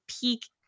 peak